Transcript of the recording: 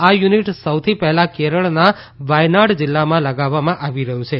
આ યુનીટ સૌથી પહેલા કેરળના વાયનાડ જીલ્લામાં લગાવવામાં આવી રહયું છે